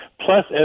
Plus